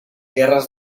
guerres